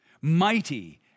mighty